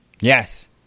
Yes